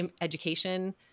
education